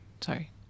sorry